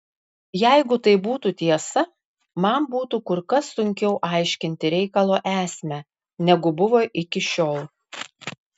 jeigu tai būtų tiesa man būtų kur kas sunkiau aiškinti reikalo esmę negu buvo iki šiol